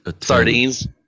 sardines